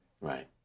Right